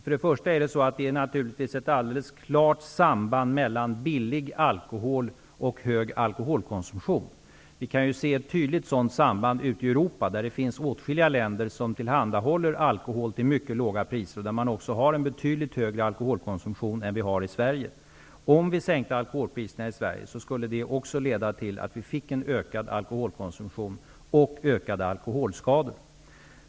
För det första finns det naturligtvis ett alldeles klart samband mellan billig alkohol och stor alkoholkonsumtion. Vi kan tydligen se sådana samband ute i Europa, där det finns åtskilliga länder som tillhandahåller alkohol till mycket låga priser och där man också har en betydligt högre alkoholkonsumtion än vi har i Sverige. Om vi sänkte alkoholpriserna i Sverige, skulle det leda till att vi fick en ökad alkoholkonsumtion och ökade alkoholskador.